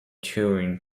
touring